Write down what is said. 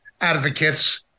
advocates